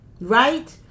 right